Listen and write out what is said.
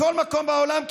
בכל מקום בעולם,